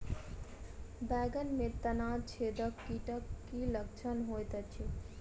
बैंगन मे तना छेदक कीटक की लक्षण होइत अछि?